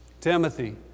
Timothy